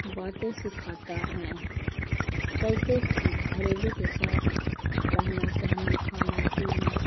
باتیں سکھاتا ہیں کیسے گھریلو کے ساتھ رہنا سہنا کھانا پینا